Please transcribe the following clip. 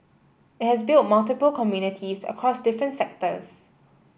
it has built multiple communities across different sectors